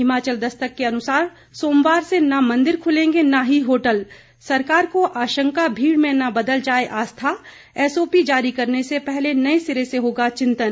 हिमाचल दस्तक के अनुसार सोमवार से न मंदिर खुलेंगे न ही होटल सरकार को आशंका भीड़ में न बदल जाये आस्था एसओपी जारी करने से पहले नए सिरे से होगा चिंतन